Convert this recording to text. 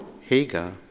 Hagar